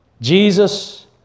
Jesus